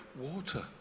water